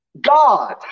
God